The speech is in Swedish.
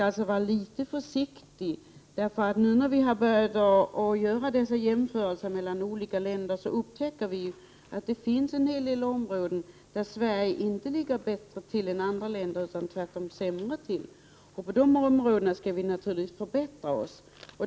Man bör vara något försiktig, eftersom man nu vid jämförelser med olika länder upptäcker att det finns en hel del områden, där Sverige inte ligger bättre till än andra länder, utan tvärtom sämre. På dessa områden skall vi naturligtvis bättra oss.